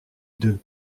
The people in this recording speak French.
deux